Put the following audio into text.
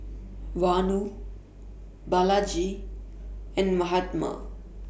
Vanu Balaji and Mahatma